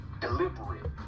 deliberate